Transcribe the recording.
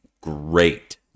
great